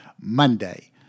Monday